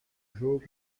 jogo